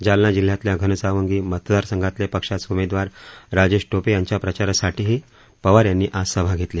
जालना जिल्ह्यातल्या घनसावंगी मतदारसंघातले पक्षाचे उमेदवार राजेश टोपे यांच्या प्रचारासाठीही पवीर यांनी आज सभा घेतली